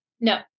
No